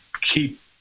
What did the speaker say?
keep